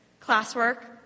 classwork